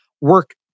work